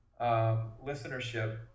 listenership